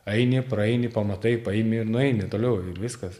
eini praeini pamatai paimi ir nueini toliau ir viskas